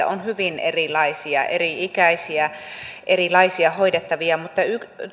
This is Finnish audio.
on hyvin erilaisia eri ikäisiä erilaisia hoidettavia mutta